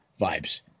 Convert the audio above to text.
vibes